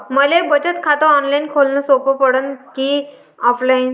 मले बचत खात ऑनलाईन खोलन सोपं पडन की ऑफलाईन?